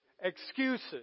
Excuses